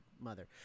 mother